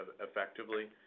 effectively